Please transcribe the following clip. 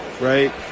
right